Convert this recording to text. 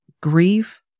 grief